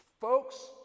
Folks